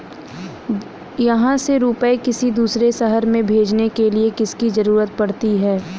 यहाँ से रुपये किसी दूसरे शहर में भेजने के लिए किसकी जरूरत पड़ती है?